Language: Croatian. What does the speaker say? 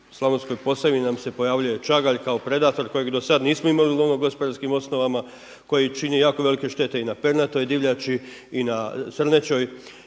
Slavonskoj Posavini nam se pojavljuje čagalj kao predator kojeg do sada nismo imali u lovno-gospodarskim osnovama koji čini velike štete i na pernatoj divljači i na srnećoj.